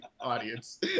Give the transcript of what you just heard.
Audience